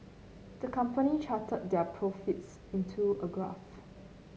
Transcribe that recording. the company charted their profits into a graph